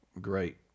great